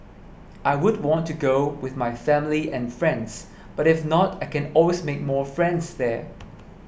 I would want to go with my family and friends but if not I can always make more friends there